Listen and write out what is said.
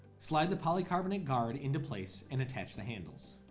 slide the polycarbonate guard into place and attach the handles